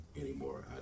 anymore